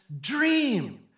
dream